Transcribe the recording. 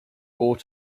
ought